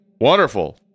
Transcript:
wonderful